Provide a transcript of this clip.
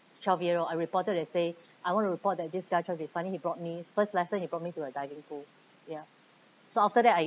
twelve year old I reported and say I want to report that this guy try to be funny he brought me first lesson he brought me to a diving pool ya so after that I